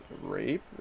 rape